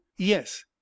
Yes